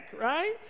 right